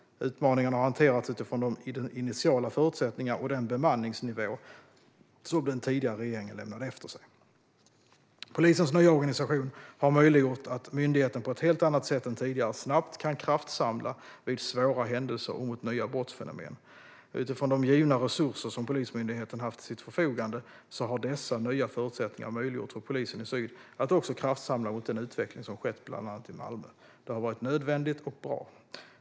Utmaningarna har hanterats utifrån de initiala förutsättningar och den bemanningsnivå som den tidigare regeringen lämnade efter sig. Polisens nya organisation har möjliggjort att myndigheten på ett helt annat sätt än tidigare snabbt kan kraftsamla vid svåra händelser och mot nya brottsfenomen. Utifrån de givna resurser som Polismyndigheten haft till sitt förfogande har dessa nya förutsättningar möjliggjort för polisen i Region syd att också kraftsamla mot den utveckling som skett bland annat i Malmö. Det har varit nödvändigt och bra.